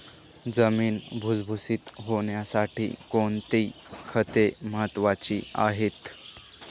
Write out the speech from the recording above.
जमीन भुसभुशीत होण्यासाठी कोणती खते महत्वाची आहेत?